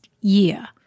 year